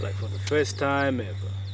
like for the first time